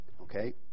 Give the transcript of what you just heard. Okay